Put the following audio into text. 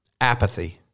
apathy